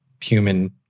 human